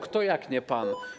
Kto jak nie pan?